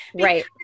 right